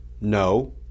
no